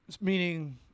meaning